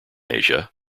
asia